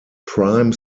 prime